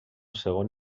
segon